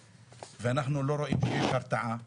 אנחנו לא רואים שיש הרתעה,